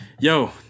yo